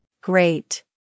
Great